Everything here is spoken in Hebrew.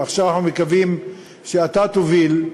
ועכשיו אנחנו מקווים שאתה תוביל,